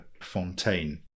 Fontaine